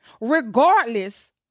regardless